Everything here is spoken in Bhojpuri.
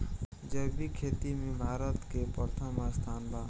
जैविक खेती में भारत के प्रथम स्थान बा